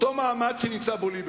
באותו מעמד שנמצא בו ליברמן.